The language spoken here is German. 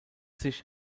sich